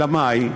אלא מאי?